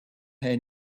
her